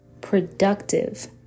productive